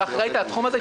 שאחראית על התחום הזה,